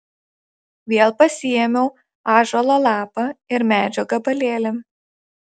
vėl pasiėmiau ąžuolo lapą ir medžio gabalėlį